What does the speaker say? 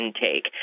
intake